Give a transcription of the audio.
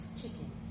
chicken